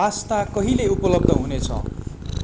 pasta कहिले उपलब्ध हुनेछ